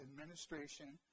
administration